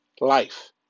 Life